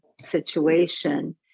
situation